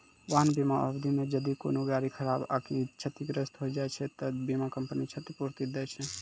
वाहन बीमा अवधि मे जदि कोनो गाड़ी खराब आकि क्षतिग्रस्त होय जाय छै त बीमा कंपनी क्षतिपूर्ति दै छै